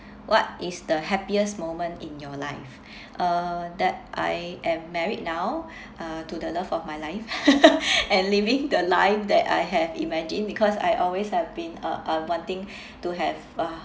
what is the happiest moment in your life uh that I am married now uh to the love of my life and living the life that I have imagined because I always have been uh uh wanting to have uh